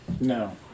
No